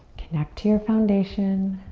connect to your foundation.